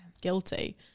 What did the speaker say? guilty